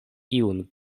iun